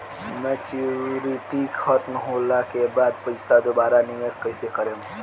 Maturity खतम होला के बाद पईसा दोबारा निवेश कइसे करेम?